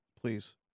Please